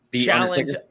challenge –